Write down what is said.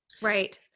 Right